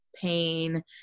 pain